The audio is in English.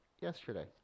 yesterday